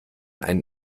einen